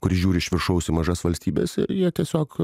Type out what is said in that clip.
kur žiūri iš viršaus į mažas valstybes jie tiesiog